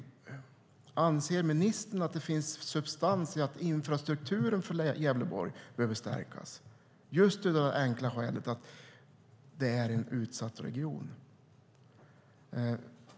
Anser ministern att det finns någon substans i att infrastrukturen för Gävleborg behöver stärkas av det enkla skälet att det är en utsatt region?